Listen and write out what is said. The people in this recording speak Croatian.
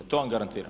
To vam garantiram.